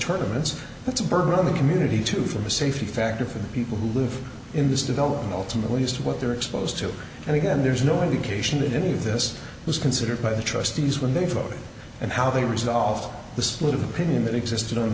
tournaments that's a burden on the community too from a safety factor for the people who live in this developing the ultimate least what they're exposed to and again there's no indication that any of this was considered by the trustees when they vote and how they resolve the split of opinion that existed